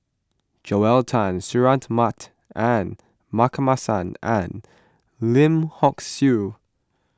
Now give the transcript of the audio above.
Joel Tan Suratman and Markasan and Lim Hock Siew